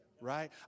right